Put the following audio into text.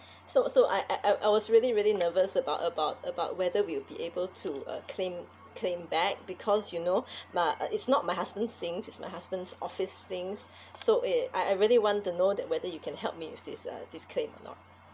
so so I I I I was really really nervous about about about whether we'll be able to uh claim claim back because you know my uh it's not my husband's things it's my husband's office things so it I I really want to know that whether you can help me with this uh this claim or not